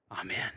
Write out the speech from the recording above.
Amen